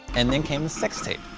and then came the sex tape.